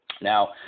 Now